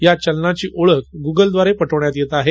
या चलनांची ओळख गुगलद्वारे पटवण्यात येत आहे